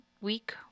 week